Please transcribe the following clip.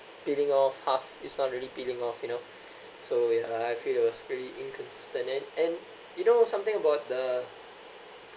peeling off half is not really peeling off you know so we I feel those really inconsistent and and you know something about the